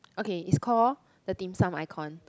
okay it's call the dim-sum icon